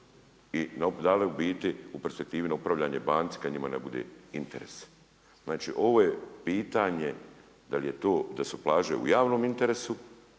i dali u biti u perspektivi na upravljanje banci kada njima ne bude interes. Znači ovo je pitanje da li je to da su plaže u javnom interesu,